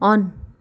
on